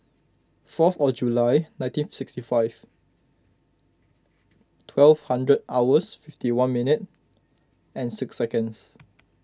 fourth of July nineteen sixty five twelve hundred hours fifty one minute and six seconds